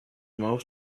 mouth